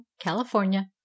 California